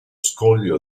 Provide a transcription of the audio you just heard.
scoglio